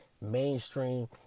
mainstream